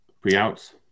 Pre-outs